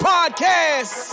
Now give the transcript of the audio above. Podcast